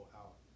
out